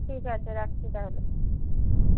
ঠিক আছে রাখছি তাহলে হুম